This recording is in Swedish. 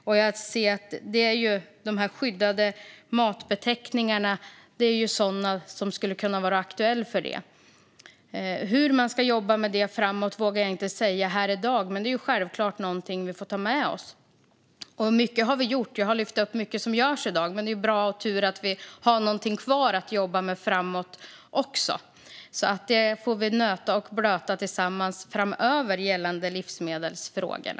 Jag ser att de skyddade matbeteckningarna är något som skulle kunna vara aktuellt i detta. Hur man ska jobba med det framåt vågar jag inte säga här i dag, men det är självklart någonting vi får ta med oss. Mycket har vi gjort - och jag har lyft upp mycket som görs i dag - men det är bra och tur att vi har någonting kvar att jobba med framåt också. Det får vi alltså stöta och blöta tillsammans framöver gällande livsmedelsfrågorna.